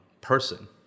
person